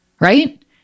right